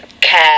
care